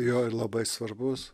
jo ir labai svarbus